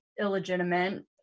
illegitimate